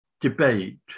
debate